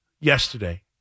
yesterday